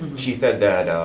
she said that,